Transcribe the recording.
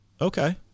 Okay